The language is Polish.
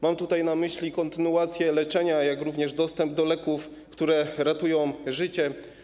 Mam tutaj na myśli kontynuację leczenia, jak również dostęp do leków, które ratują życie.